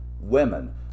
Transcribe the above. women